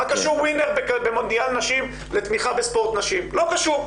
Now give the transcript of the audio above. מה קשור ווינר במונדיאל נשים לתמיכה בספורט נשים לא קשור.